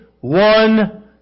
one